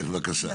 כן, בבקשה.